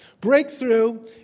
Breakthrough